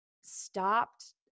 stopped